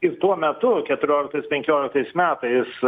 ir tuo metu keturioliktais penkioliktais metais